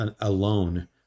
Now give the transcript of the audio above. alone